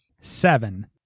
Seven